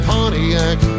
Pontiac